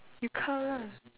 you count lah